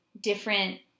different